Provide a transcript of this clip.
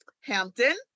Hampton